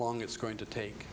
long it's going to take